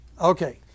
Okay